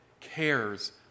cares